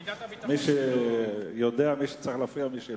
יודע מי שצריך להפריע ומי שלא.